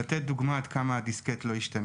כדי לתת דוגמה עד כמה הדיסקט לא השתנה.